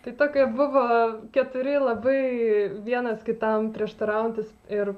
tai tokie buvo keturi labai vienas kitam prieštaraujantys ir